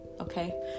okay